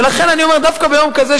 ולכן אני אומר: דווקא ביום כזה,